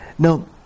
Now